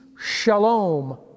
shalom